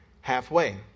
halfway